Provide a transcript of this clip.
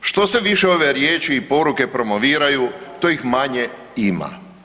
Što se više ove riječi i poruke promoviraju, to ih manje ima.